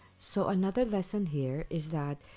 so, another lesson here, is that,